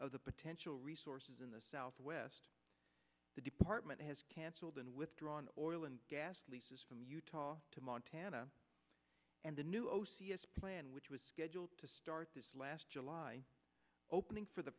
of the sensual resources in the southwest the department has cancelled and withdrawn oil and gas leases from utah to montana and the new o c s plan which was scheduled to start this last july opening for the